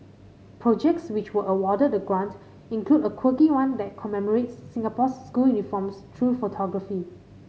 projects which were awarded the grant include a quirky one that commemorates Singapore's school uniforms through photography